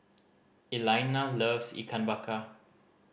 Elaina loves Ikan Bakar